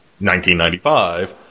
1995